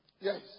Yes